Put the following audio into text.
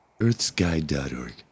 EarthSky.org